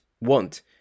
want